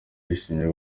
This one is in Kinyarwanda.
bishimiye